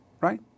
right